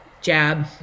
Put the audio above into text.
jab